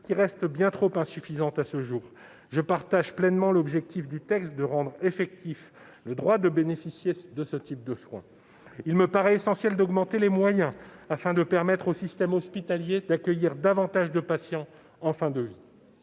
qui reste bien trop insuffisante à ce jour. Je partage pleinement l'objectif de rendre effectif le droit de bénéficier de ce type de soins. Il me paraît essentiel d'augmenter les moyens afin de permettre au système hospitalier d'accueillir davantage de patients en fin de vie.